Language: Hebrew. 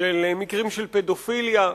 מקרים של פדופיליה,